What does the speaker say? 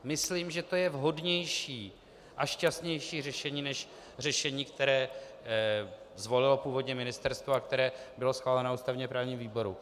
Myslím, že to je vhodnější a šťastnější řešení než řešení, které zvolilo původně ministerstvo a které bylo schváleno v ústavněprávním výboru.